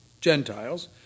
Gentiles